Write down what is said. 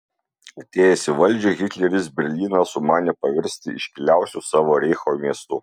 atėjęs į valdžią hitleris berlyną sumanė paversti iškiliausiu savo reicho miestu